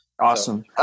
awesome